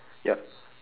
ya